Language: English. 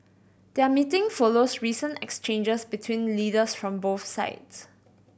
their meeting follows recent exchanges between leaders from both sides